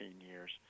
years